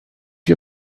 you